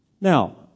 Now